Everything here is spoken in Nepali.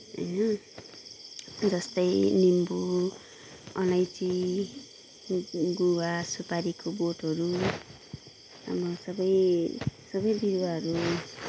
होइन जस्तै निम्बू अलैँची गुवा सुपारीको बोटहरू अब सबै सबै बिरुवाहरू